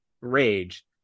rage